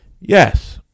Yes